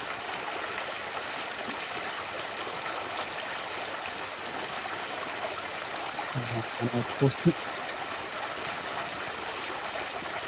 ᱦᱮᱸ ᱦᱮᱸ ᱯᱚᱥᱪᱤᱢ